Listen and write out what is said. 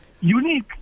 unique